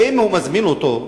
ואם הוא מזמין אותו,